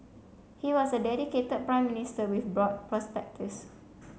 he was a dedicated Prime Minister with broad perspectives